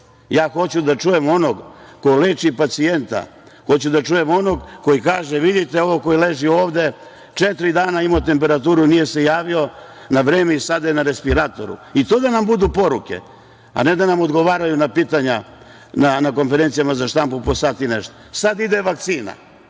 Ja hoću da čujem onog ko leči pacijenta, hoću da čujem onog koji kaže – vidite ovog koji leži ovde, četiri dana je imao temperaturu, nije se javio na vreme i sada je na respiratoru. To da nam budu poruke, a ne da nam odgovaraju na pitanja na konferencijama za štampu po sat i nešto. Sad ide vakcina.